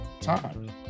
time